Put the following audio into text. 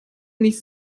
nicht